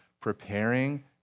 preparing